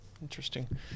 Interesting